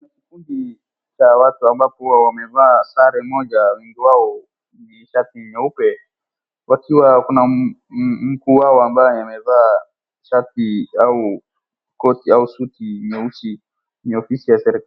Kikundi cha watu ambapo huwa wamevaa sare moja wengi wao ni shati nyeupe wakiwa wako na m, mkuu wao ambaye amevaa shati au koti au suti nyeusi. Ni ofisi ya seri..